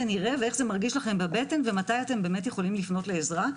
נראה ואיך זה מרגיש לכם בבטן ומתי אתם יכולים לפנות לעזרה,